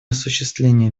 осуществления